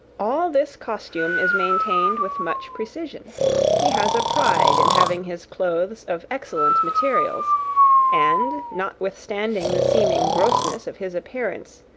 all this costume is maintained with much precision he has a pride in having his clothes of excellent materials and, notwithstanding the seeming grossness of his appearance,